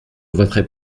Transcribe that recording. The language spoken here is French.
voterai